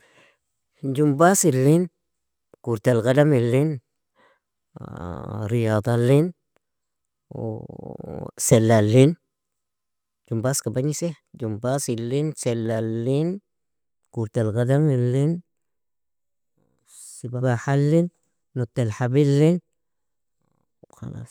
Jumbasilin, kurtalgadamilin, riyadhalin, salalin, jumbaska bagnise? Jumbasilin, salalin, kurtalgadamilin, si sibahalin, nottalhabilin, khalas.